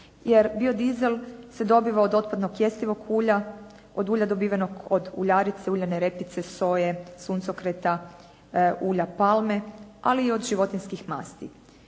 jer biodizel se dobiva od otpadnog jestivog ulja, od ulja dobivenog od uljarice, uljane repice, soje, suncokreta, ulja palme, ali i od životinjskih masti.